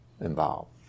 involved